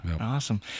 awesome